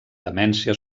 demència